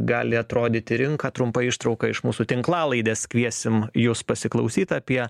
gali atrodyti rinka trumpa ištrauka iš mūsų tinklalaidės kviesime juos pasiklausyt apie